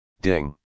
Ding